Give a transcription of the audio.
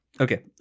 Okay